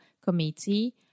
Committee